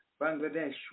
Bangladesh